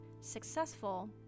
successful